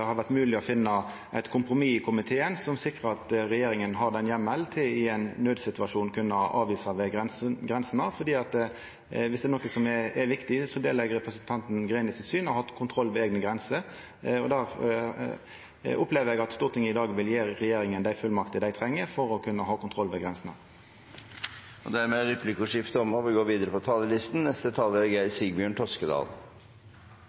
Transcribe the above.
har vore mogleg å finna eit kompromiss i komiteen som sikrar at regjeringa i ein naudsituasjon har heimel til å kunna avvisa ved grensene. Eg deler representanten Greni sitt syn på at om det er noko som er viktig, er det å ha kontroll ved eiga grense. Eg opplever at Stortinget i dag vil gje regjeringa dei fullmaktene dei treng for å kunna ha kontroll ved grensene. Dermed er replikkordskiftet omme. Bakteppet for lovendringene vi debatterer i dag, er